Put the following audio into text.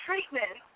Treatment